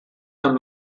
amb